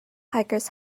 hikers